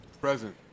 Present